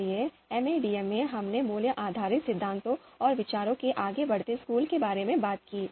इसलिए एमएडीएम में हमने मूल्य आधारित सिद्धांतों और विचारों के आगे बढ़ते स्कूल के बारे में बात की